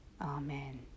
amen